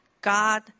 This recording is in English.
God